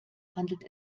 handelt